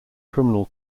criminal